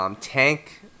Tank